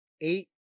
Eight